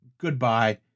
Goodbye